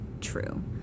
true